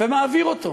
ומעביר אותו,